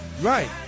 Right